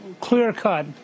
clear-cut